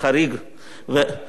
היה יוצא מן הכלל.